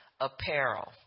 apparel